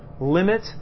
limit